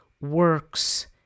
works